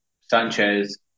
Sanchez